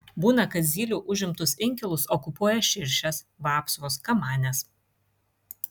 būna kad zylių užimtus inkilus okupuoja širšės vapsvos kamanės